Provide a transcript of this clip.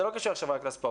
זה לא קשור עכשיו רק לספורט,